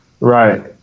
right